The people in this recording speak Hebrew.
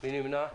מי נמנע?